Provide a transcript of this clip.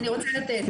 אני רוצה לתת תשובה.